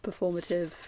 performative